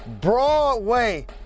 Broadway